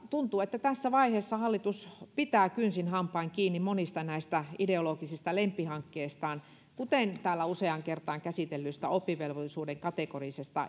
tuntuu että tässä vaiheessa hallitus pitää kynsin hampain kiinni monista ideologisista lempihankkeistaan kuten täällä useaan kertaan käsitellystä oppivelvollisuuden kategorisesta